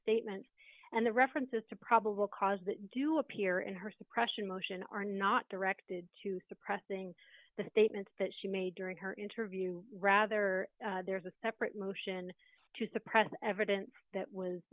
statement and the references to probable cause that do appear in her suppression motion are not directed to suppressing the statements that she made during her interview rather there's a separate motion to suppress evidence that was